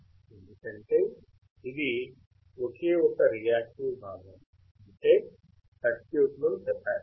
ఎందుకంటే ఇది ఒకే ఒక రియాక్టివ్ భాగం అంటే సర్క్యూట్లోని కెపాసిటర్